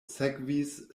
sekvis